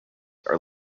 are